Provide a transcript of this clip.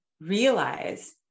realize